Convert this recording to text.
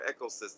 ecosystem